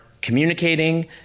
communicating